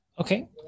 Okay